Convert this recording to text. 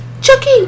Chucky